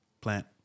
plant